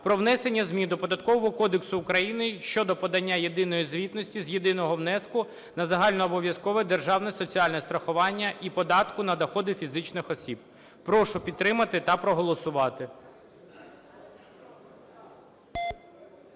про внесення змін до Податкового кодексу України щодо подання єдиної звітності з єдиного внеску на загальнообов'язкове державне соціальне страхування і податку на доходи фізичних осіб. Прошу підтримати та проголосувати.